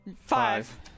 Five